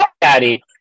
Daddy